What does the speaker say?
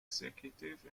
executive